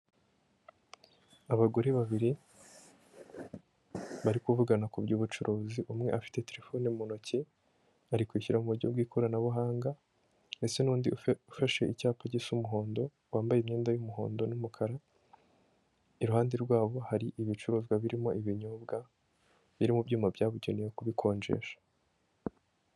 Abagore babiri bari kuvugana ku by'ubucuruzi, umwe afite terefoni mu ntoki ari kwishyura mu buryo bw'ikoranabuhanga ndetse n'undi ufashe icyapa gisa umuhondo wambaye imyenda y'umuhondo n'umukara, iruhande rwabo hari ibicuruzwa birimo ibinyobwa biri mu byuma byabugenewe kubikonjesha.